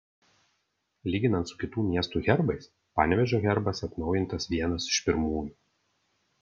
lyginant su kitų miestų herbais panevėžio herbas atnaujintas vienas iš pirmųjų